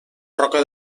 roca